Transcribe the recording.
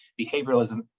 behavioralism